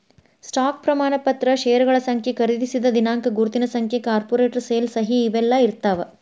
stock ಪ್ರಮಾಣ ಪತ್ರ ಷೇರಗಳ ಸಂಖ್ಯೆ ಖರೇದಿಸಿದ ದಿನಾಂಕ ಗುರುತಿನ ಸಂಖ್ಯೆ ಕಾರ್ಪೊರೇಟ್ ಸೇಲ್ ಸಹಿ ಇವೆಲ್ಲಾ ಇರ್ತಾವ